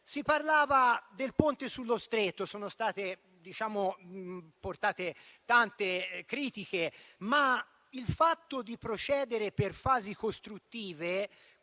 Si parlava del Ponte sullo Stretto, cui sono state portate tante critiche. Il fatto di procedere per fasi costruttive,